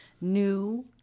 new